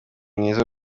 mwiza